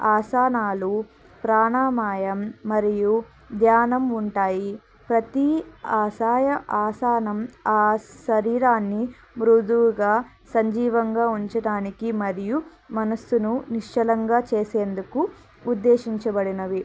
ఆసనాలు ప్రాణాయామం మరియు ధ్యానం ఉంటాయి ప్రతీ అసాయ ఆసనం ఆ శరీరాన్ని మృదుగా సజీవంగా ఉంచడానికి మరియు మనసును నిశ్చలంగా చేసేందుకు ఉద్దేశించబడినవి